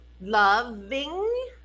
Loving